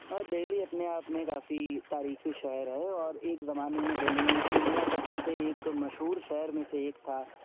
ہاں دہلی اپنے آپ میں کافی تاریخ شہر ہے اور ایک زمانے میں دہلی دنیا کا سب سے ایک مشہور شہر میں سے ایک تھا